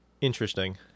Interesting